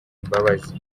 imbabazi